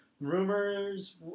Rumors